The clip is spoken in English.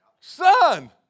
Son